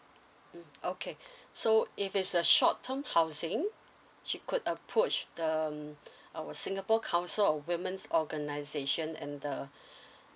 mm okay so if it's a short term housing she could approach um our singapore counsel of women's organisation and the